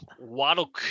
Waddle